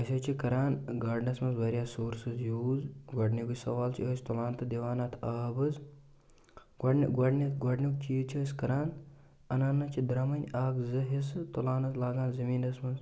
أسۍ حظ چھِ کَران گارڈنَس منٛز واریاہ سورسِز یوٗز گۄڈنیکُے سَوال چھِ أسۍ تُلان تہٕ دِوان اَتھ آب حظ گۄڈن گۄڈٕنٮ۪تھ گۄڈٕنیُک چیٖز چھِ أسۍ کَران اَنان حظ چھِ درٛمٕنۍ اَکھ زٕ حِصہٕ تُلان حظ لاگان زٔمیٖنَس منٛز